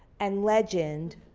and legend,